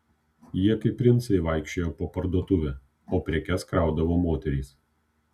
jie kaip princai vaikščiojo po parduotuvę o prekes kraudavo moterys